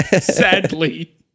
Sadly